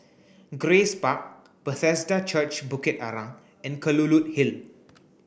Grace Park Bethesda Church Bukit Arang and Kelulut Hill